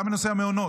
גם בנושא המעונות.